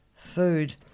food